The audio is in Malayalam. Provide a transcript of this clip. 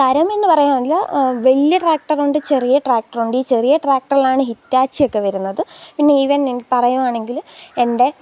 തരം എന്നു പറയാമെങ്കിൽ വലിയ ട്രാക്റ്ററുണ്ട് ചെറിയ ട്രാക്റ്ററുണ്ട് ഈ ചെറിയ ട്രാക്റ്ററിലാണ് ഹിറ്റാച്ചി ഒക്കെ വരുന്നത് പിന്നെ ഇവന് പറയുകയാണെങ്കിൽ എന്റെ